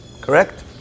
correct